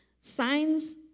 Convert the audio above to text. Signs